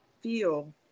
feel